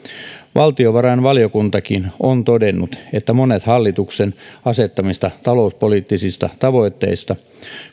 valtiovarainvaliokuntakin on todennut että monet hallituksen asettamista talouspoliittisista tavoitteista